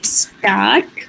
start